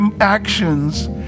actions